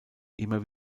immer